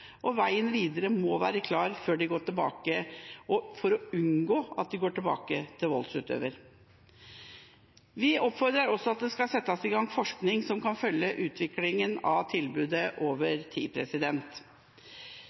senteret. Veien videre må være klar for å unngå at de går tilbake til voldsutøveren. Vi oppfordrer også til at det settes i gang forskning som kan følge utviklinga av tilbudet over tid.